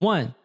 One